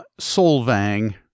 Solvang